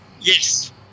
Yes